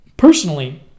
Personally